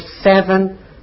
seven